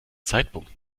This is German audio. zeitpunkt